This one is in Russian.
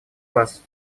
вас